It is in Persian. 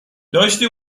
داشتی